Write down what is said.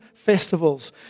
festivals